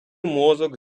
мозок